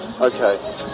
Okay